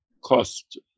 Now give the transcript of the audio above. cost